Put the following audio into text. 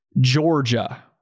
Georgia